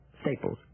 Staples